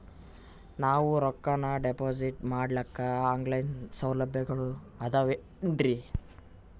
ನಾವು ರೊಕ್ಕನಾ ಡಿಪಾಜಿಟ್ ಮಾಡ್ಲಿಕ್ಕ ಆನ್ ಲೈನ್ ಸೌಲಭ್ಯಗಳು ಆದಾವೇನ್ರಿ?